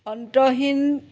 অন্তহীন